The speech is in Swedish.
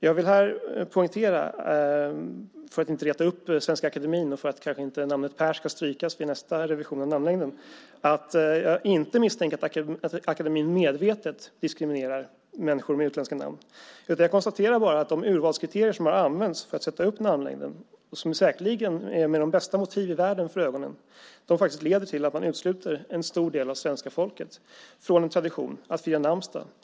Jag vill här poängtera, för att inte reta upp Svenska Akademien och för att kanske inte namnet Per ska strykas vid nästa revision av namnlängden, att jag inte misstänker att Svenska Akademien medvetet diskriminerar människor med utländska namn. Jag konstaterar bara att de urvalskriterier som har använts för att sätta upp namnlängden, säkert med de bästa motiv i världen för ögonen, leder till att man utesluter en stor del av svenska folket från traditionen att fira namnsdag.